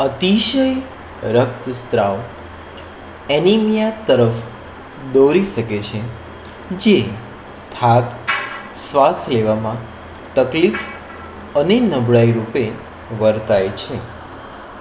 અતિશય રક્તસ્રાવ એનિમિયા તરફ દોરી શકે છે જે થાક શ્વાસ લેવામાં તકલીફ અને નબળાઈ રૂપે વર્તાય છે